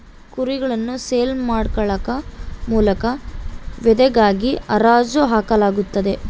ಕುರಿಗಳನ್ನು ಸೇಲ್ ಯಾರ್ಡ್ಗಳ ಮೂಲಕ ವಧೆಗಾಗಿ ಹರಾಜು ಹಾಕಲಾಗುತ್ತದೆ